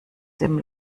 dem